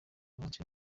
munsi